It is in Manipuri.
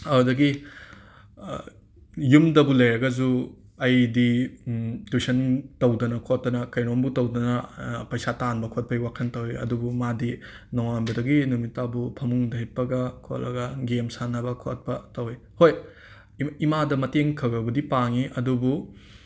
ꯑꯗꯨꯗꯒꯤ ꯌꯨꯝꯗꯕꯨ ꯂꯩꯔꯒꯁꯨ ꯑꯩꯗꯤ ꯇꯨꯏꯁꯟ ꯇꯧꯗꯅ ꯈꯣꯠꯇꯅ ꯀꯩꯅꯣꯝꯕꯨ ꯇꯧꯗꯅ ꯄꯩꯁꯥ ꯇꯥꯟꯕ ꯈꯣꯠꯄꯒꯤ ꯋꯥꯈꯟ ꯇꯧꯋꯤ ꯑꯗꯨꯕꯨ ꯃꯥꯗꯤ ꯅꯣꯉꯥꯟꯕꯗꯒꯤ ꯅꯨꯃꯤꯠꯇꯥꯐꯥꯎ ꯐꯥꯃꯨꯡꯗ ꯍꯤꯞꯄꯒ ꯈꯣꯠꯂꯒ ꯒꯦꯝ ꯁꯥꯟꯅꯕ ꯈꯣꯠꯄ ꯇꯧꯋꯤ ꯍꯣꯏ ꯏꯃꯥꯗ ꯃꯇꯦꯡ ꯈꯒꯒꯕꯨꯗꯤ ꯄꯥꯡꯉꯦ ꯑꯗꯨꯕꯨ